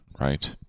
right